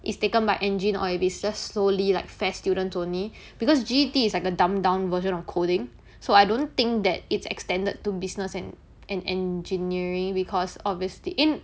is taken by engine or if it's just solely like F_A_S_S students only because G_E_T is like a dumb down version of coding so I don't think that its extended to business and and engineering because obviously eh